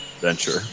venture